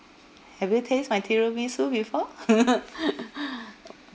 have you taste my tiramisu before